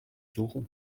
suchen